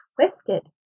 twisted